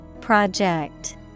Project